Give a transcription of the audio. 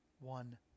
one